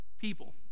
people